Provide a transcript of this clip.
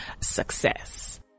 success